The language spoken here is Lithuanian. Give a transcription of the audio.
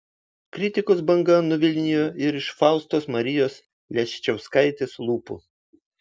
kritikos banga nuvilnijo ir iš faustos marijos leščiauskaitės lūpų